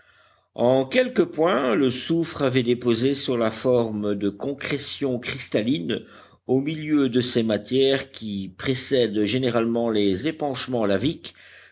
en quelques points le soufre avait déposé sous la forme de concrétions cristallines au milieu de ces matières qui précèdent généralement les épanchements